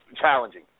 challenging